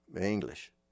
English